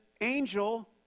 angel